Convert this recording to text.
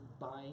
buying